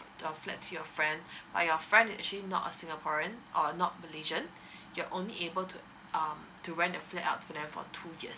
to your friend but your friend is actually not a singaporean or not malaysian you're only able to um to rent your flat out for them for two years